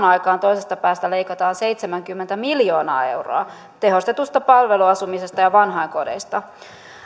aikaan toisesta päästä leikataan seitsemänkymmentä miljoonaa euroa tehostetusta palveluasumisesta ja vanhainkodeista